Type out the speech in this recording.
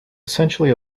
essentially